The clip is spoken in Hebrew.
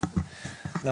או